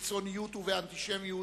בקיצוניות ובאנטישמיות,